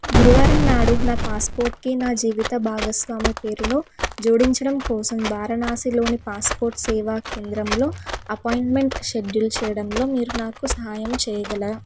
గురువారం నాడు నా పాస్పోర్ట్కి నా జీవిత భాగస్వామి పేరును జోడించడం కోసం వారణాసిలోని పాస్పోర్ట్ సేవా కేంద్రంలో అపాయింట్మెంట్ షెడ్యూల్ చేయడంలో మీరు నాకు సహాయం చేయగలరా